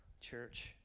church